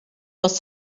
was